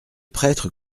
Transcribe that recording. prêtre